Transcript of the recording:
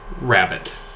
rabbit